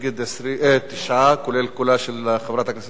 9, כולל קולה של חברת הכנסת יחימוביץ,